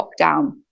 lockdown